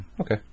Okay